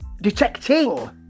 detecting